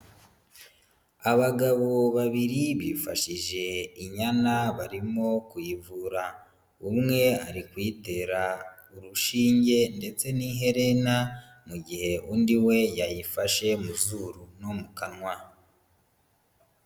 Abagabo babiri bifashije inyana, barimo kuyivura. Umwe ari kuyitera urushinge ndetse n'iherena, mu gihe undi we yayifashe mu zuru no mu kanwa.